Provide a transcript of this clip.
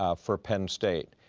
ah for penn state.